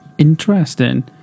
interesting